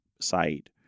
site